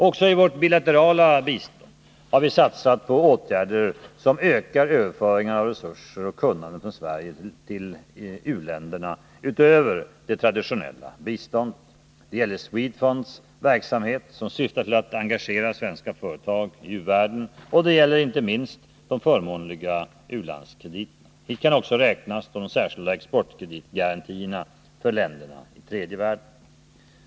Också i vårt bilaterala bistånd har vi satsat på åtgärder, som ökar överföringarna av resurser och kunnande från Sverige till u-länderna utöver det traditionella biståndet. Det gäller Swedfunds verksamhet, som syftar till att engagera svenska företag i u-världen. Och det gäller inte minst de förmånliga u-landskrediterna. Hit kan också räknas de särskilda exportkreditgarantierna för länderna i tredje världen.